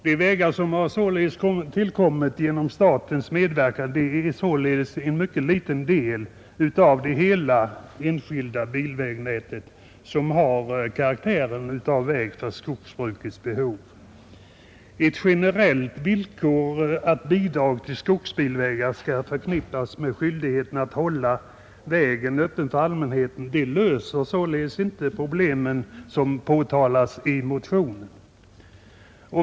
De vägar som har tillkommit genom statens medverkan utgör således en mycket liten del av det enskilda bilvägnät som har karaktären av väg för skogsbrukets behov. Ett generellt villkor att bidrag till skogsbilvägar skall förknippas med skyldighet att hålla vägen öppen för allmänheten löser således inte de problem som påtalas i motionen.